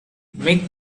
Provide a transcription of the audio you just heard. mick